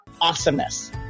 awesomeness